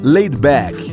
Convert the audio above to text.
Laidback